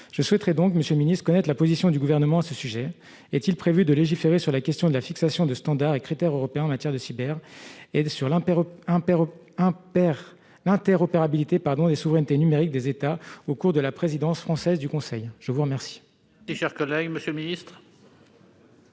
est donc, monsieur le ministre, la position du Gouvernement sur ce sujet ? Est-il prévu de légiférer sur la question de la fixation de standards et de critères européens en matière de cybersécurité et sur l'interopérabilité des souverainetés numériques des États au cours de la présidence française du Conseil ? La parole